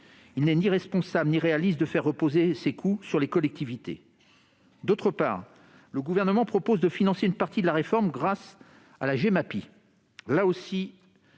Il n'est ni responsable ni réaliste de faire reposer ces coûts sur les collectivités. D'autre part, le Gouvernement propose de financer une partie de la réforme grâce à la taxe